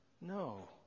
No